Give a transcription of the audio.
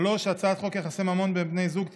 הצעת חוק יחסי ממון בין בני זוג (תיקון,